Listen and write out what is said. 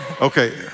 Okay